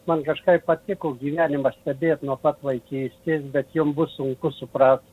man kažkaip patiko gyvenimą stebėt nuo pat vaikystės bet jums bus sunku suprast